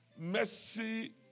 Mercy